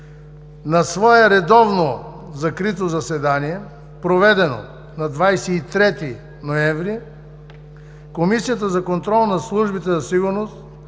На свое редовно закрито заседание, проведено на 23 ноември 2017 г., Комисията за контрол на службите за сигурност,